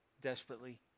desperately